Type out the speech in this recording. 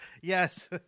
Yes